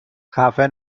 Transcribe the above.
خفه